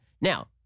Now